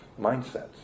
mindsets